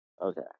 okay